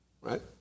right